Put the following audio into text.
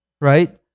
right